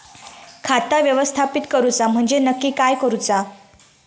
खाता व्यवस्थापित करूचा म्हणजे नक्की काय करूचा?